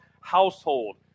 household